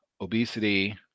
obesity